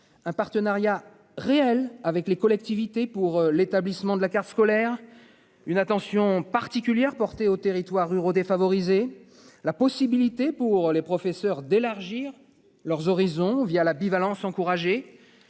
Un partenariat réel avec les collectivités pour l'établissement de la carte scolaire. Une attention particulière portée aux territoires ruraux défavorisés, la possibilité pour les professeurs d'élargir leurs horizons via la bivalence encourager.